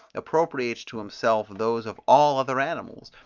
appropriates to himself those of all other animals,